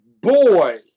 boy